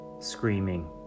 Screaming